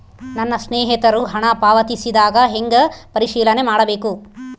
ನನ್ನ ಸ್ನೇಹಿತರು ಹಣ ಪಾವತಿಸಿದಾಗ ಹೆಂಗ ಪರಿಶೇಲನೆ ಮಾಡಬೇಕು?